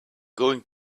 going